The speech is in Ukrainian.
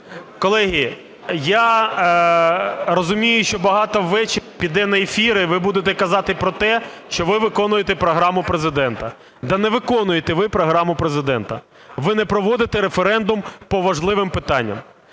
Колеги, я розумію що багато ввечері підуть на ефіри, і ви будете казати про те, що ви виконуєте програму Президента. Та не виконуєте ви програму Президента, ви не проводите референдум по важливим питанням.